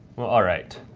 well, all right.